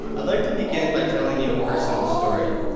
like to begin by telling you a personal story.